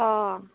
অঁ